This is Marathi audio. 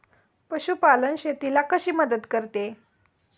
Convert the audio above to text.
पशुपालन शेतीला कशी मदत करते?